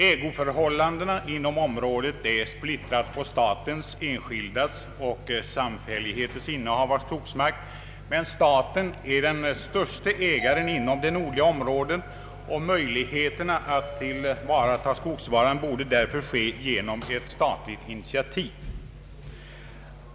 Ägoförhållandena inom området är splittrade på statens, enskildas och samfälligheters innehav av skogsmark, men staten är den största ägaren inom det nordliga området, och möjligheterna att tillvarata skogsråvaran borde därför ske genom ett statligt initiativ.